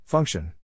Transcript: Function